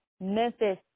Memphis